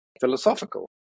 philosophical